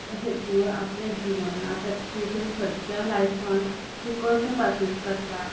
अशें तुवें आपल्या जिवनांत तुजे सदच्या लायफांत तूं कशें पासियेंस काडटा